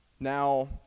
Now